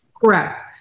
Correct